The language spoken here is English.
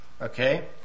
okay